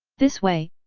this way,